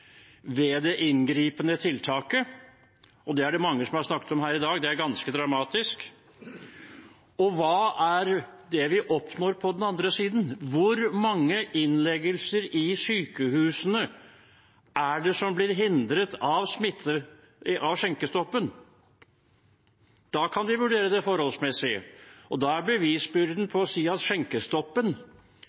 ved det inngripende tiltaket – og det er det mange som har snakket om her i dag; det er ganske dramatisk – og på den andre siden hva vi oppnår. Hvor mange innleggelser i sykehusene blir hindret av skjenkestoppen? Da kan man vurdere det forholdsmessig, og da ligger bevisbyrden i å si at skjenkestoppen